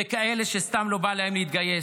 וכאלה שסתם לא בא להם להתגייס.